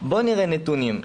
בואו נראה נתונים.